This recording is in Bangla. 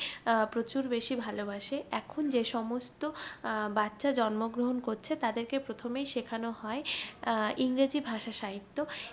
প্রচুর বেশি ভালোবাসে এখন যে সমস্ত বাচ্চা জন্মগ্রহণ করছে তাদেরকে প্রথমেই শেখানো হয় ইংরেজি ভাষা সাহিত্য